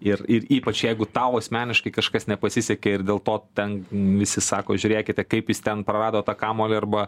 ir ir ypač jeigu tau asmeniškai kažkas nepasisekė ir dėl to ten visi sako žiūrėkite kaip jis ten prarado tą kamuolį arba